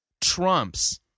trumps